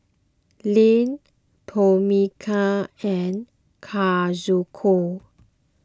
Lyn Tomeka and Kazuko